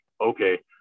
okay